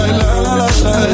la-la-la-la